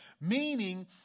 meaning